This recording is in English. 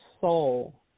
soul